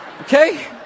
Okay